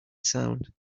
sound